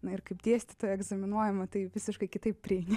na ir kaip dėstytoja egzaminuojama tai visiškai kitaip prieiti